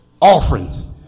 offerings